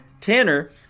Tanner